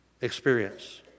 experience